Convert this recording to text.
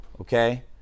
okay